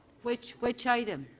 which which item?